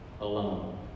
Alone